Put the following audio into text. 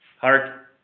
Hark